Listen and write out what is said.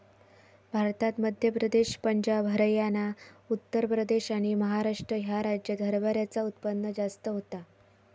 भारतात मध्य प्रदेश, पंजाब, हरयाना, उत्तर प्रदेश आणि महाराष्ट्र ह्या राज्यांत हरभऱ्याचा उत्पन्न जास्त होता